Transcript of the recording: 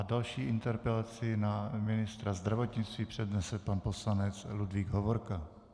Další interpelaci na ministra zdravotnictví přednese pan poslanec Ludvík Hovorka.